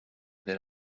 that